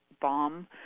bomb